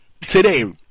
today